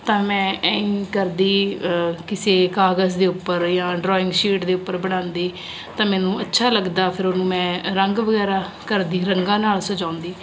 ਤਾਂ ਮੈਂ ਐਂ ਕਰਦੀ ਕਿਸੇ ਕਾਗਜ਼ ਦੇ ਉੱਪਰ ਜਾਂ ਡਰਾਇੰਗ ਸ਼ੀਟ ਦੇ ਉੱਪਰ ਬਣਾਉਂਦੀ ਤਾਂ ਮੈਨੂੰ ਅੱਛਾ ਲੱਗਦਾ ਫਿਰ ਹੁਣ ਮੈਂ ਰੰਗ ਵਗੈਰਾ ਕਰਦੀ ਰੰਗਾਂ ਨਾਲ ਸਜਾਉਂਦੀ